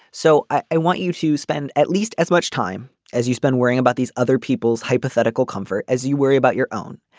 so i want you to spend at least as much time as you spend worrying about these other people's hypothetical comfort as you worry about your own.